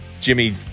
Jimmy